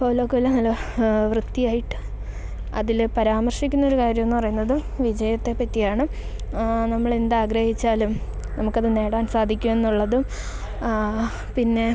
Paulo Coelho നല്ല വൃത്തിയായിട്ട് അതിൽ പരാമർശിക്കുന്നൊരു കാര്യമെന്നു പറയുന്നത് വിജയത്തെ പറ്റിയാണ് നമ്മളെന്താഗ്രഹിച്ചാലും നമുക്കത് നേടാൻ സാധിക്കുമെന്നുള്ളത് പിന്നെ